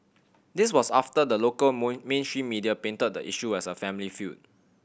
this was after the local mainstream media painted the issue as a family feud